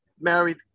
married